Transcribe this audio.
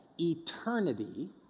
eternity